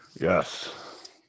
Yes